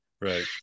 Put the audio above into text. Right